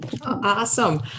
Awesome